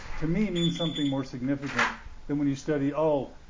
to me, mean something more significant than when you study oh,